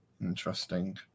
Interesting